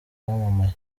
wamamaye